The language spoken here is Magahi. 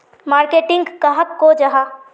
मार्केटिंग कहाक को जाहा?